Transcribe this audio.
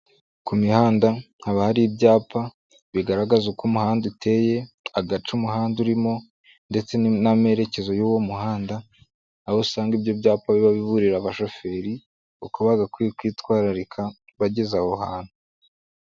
Ku mihanda haba hari ibyapa bigaragaza uko umuhanda uteye, agaca umuhanda urimo ndetse n'amerekezo y'uwo muhanda, aho usanga ibyo byapa biba biburira abashoferi uko bagakwiye kwitwararika bageze aho hantu.